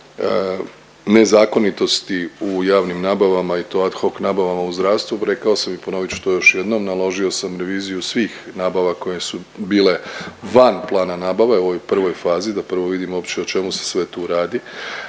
nezakonitosti u javnim nabavama i to ad hoc nabavama u zdravstvu, rekao sam i ponovit ću to još jednom, naložio sam reviziju svih nabava koje su bile van plana nabave u ovoj prvoj fazi da prvo vidimo uopće o čemu se sve tu radi.